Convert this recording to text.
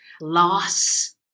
loss